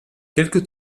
quelque